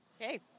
Okay